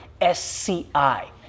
SCI